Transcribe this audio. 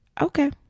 Okay